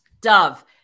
Dove